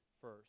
first